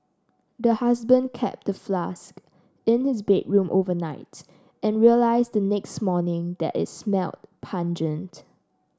the husband kept the flask in his bedroom overnight and realised the next morning that it smelt pungent